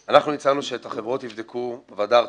הצענו שאת החברות יבדקו ועדה ארצית,